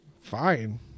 Fine